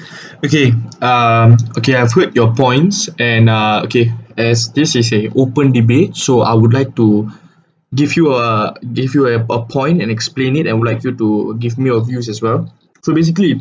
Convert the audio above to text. okay um okay I've heard your points and uh okay as this is a open debate so I would like to give you a give you have a point and explain it and would like you to give me your view as well so basically